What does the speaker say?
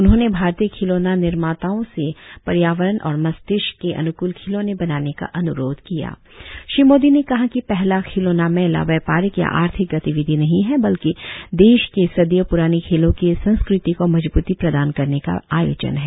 उन्होंने भारतीय खिलौना निर्माताओं से पर्यावरण और मस्तिष्क के अन्कूल खिलौने बनाने का अन्रोध कियाश्री मोदी ने कहा कि पहला खिलौना मेला व्यापारिक या आर्थिक गतिविधि नहीं है बल्कि देश के सदियों पुराने खेलों की संस्कृति को मजबूती प्रदान करने का आयोजन है